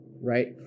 right